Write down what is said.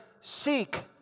seek